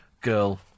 girl